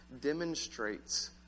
demonstrates